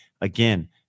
Again